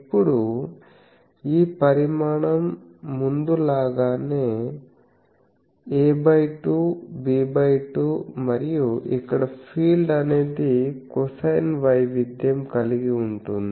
ఇప్పుడు ఈ పరిమాణం ముందులాగానే a 2 b2 మరియు ఇక్కడ ఫీల్డ్ అనేది కొసైన్ వైవిధ్యం కలిగి ఉంటుంది